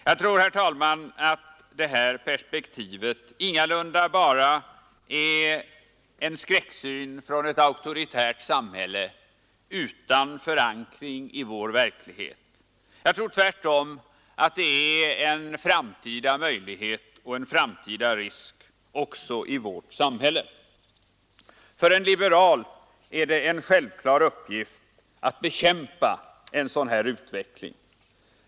Jag tror, herr talman, att det här perspektivet ingalunda bara är en skräcksyn från ett auktoritärt samhälle utan förankring i vår verklighet. Jag tror tvärtom att det är en framtida möjlighet och en framtida risk också i vårt samhälle. För en liberal är det en självklar uppgift att bekämpa en sådan här utveckling.